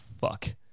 fuck